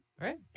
right